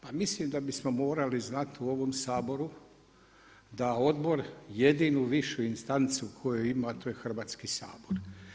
Pa mislim da bi smo morali znati u ovom Saboru da Odbor jedinu višu instancu koju ima to je Hrvatski sabor.